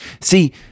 See